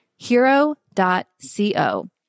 Hero.co